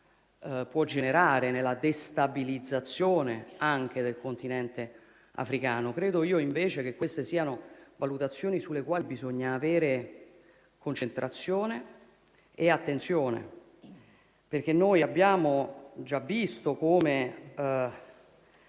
può assumere nella destabilizzazione anche del Continente africano. Credo invece che queste siano valutazioni sulle quali bisogna avere concentrazione e attenzione, perché abbiamo già visto come,